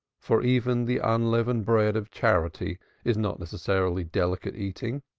for even the unleavened bread of charity is not necessarily delicate eating